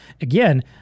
again